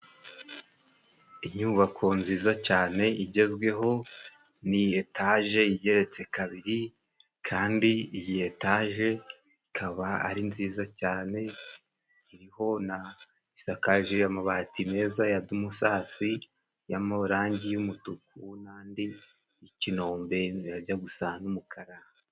Inyubako nziza cyane igezweho ni etaje igeretse kabiri kandi iyi etaje ikaba ari nziza cyane, iriho na isakaje amabati meza ya dumusasi, y'amorangi y'umutuku n'andi y'ikinombe ajya gusa n'umukara.